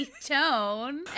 Tone